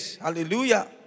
Hallelujah